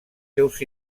seus